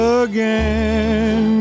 again